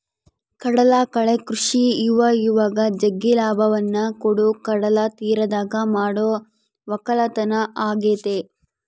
ಕಡಲಕಳೆ ಕೃಷಿ ಇವಇವಾಗ ಜಗ್ಗಿ ಲಾಭವನ್ನ ಕೊಡೊ ಕಡಲತೀರದಗ ಮಾಡೊ ವಕ್ಕಲತನ ಆಗೆತೆ